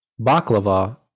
Baklava